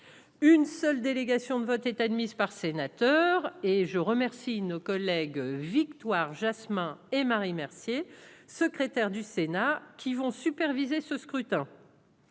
une seule délégation de vote est admise par sénateur et je remercie nos collègues victoire Jasmin et Marie Mercier, secrétaire du Sénat qui vont superviser ce scrutin.